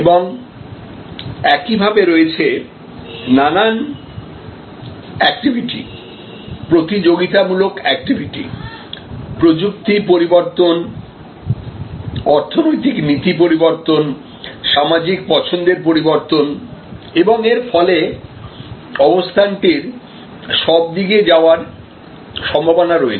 এবং একইভাবে রয়েছে নানান অ্যাক্টিভিটি প্রতিযোগিতামূলক অ্যাক্টিভিটি প্রযুক্তি পরিবর্তন অর্থনৈতিক নীতি পরিবর্তন সামাজিক পছন্দের পরিবর্তন এবং এর ফলে অবস্থান টির সব দিকে যাওয়ার সম্ভাবনা রয়েছে